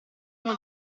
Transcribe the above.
uno